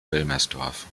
wilmersdorf